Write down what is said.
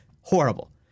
Horrible